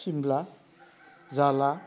सिमला जाला